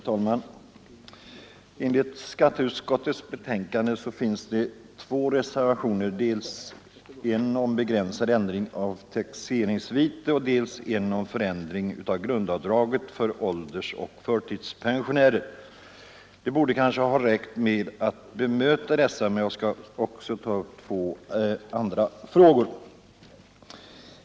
Herr talman! Till skatteutskottets förevarande betänkande har fogats tre reservationer. I de båda första har yrkats en begränsad ändring av taxeringsvitena respektive ändrade grundavdrag för åldersoch förtidspensionärerna. Det borde kanske ha räckt med att bemöta dessa båda reservationer, men jag vill också ta upp ett par andra frågor.